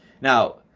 Now